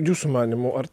jūsų manymu ar